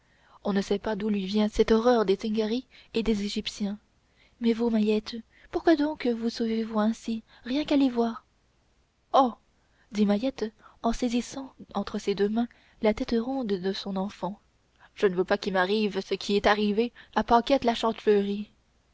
on ne sait pas d'où lui vient cette horreur des zingari et des égyptiens mais vous mahiette pourquoi donc vous sauvez-vous ainsi rien qu'à les voir oh dit mahiette en saisissant entre ses deux mains la tête ronde de son enfant je ne veux pas qu'il m'arrive ce qui est arrivé à paquette